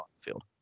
field